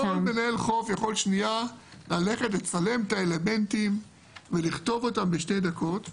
כל מנהל חוף יכול לצלם את האלמנטים ולכתוב אותם בשתי דקות.